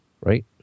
Right